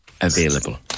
available